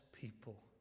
people